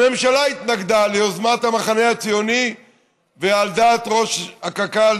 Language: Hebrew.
הממשלה התנגדה ליוזמת המחנה הציוני על דעת ראש קק"ל,